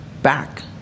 back